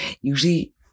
Usually